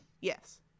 Yes